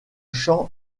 chant